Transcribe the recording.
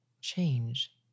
change